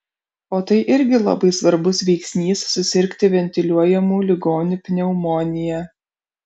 o tai irgi labai svarbus veiksnys susirgti ventiliuojamų ligonių pneumonija